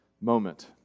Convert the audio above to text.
moment